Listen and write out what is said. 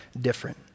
different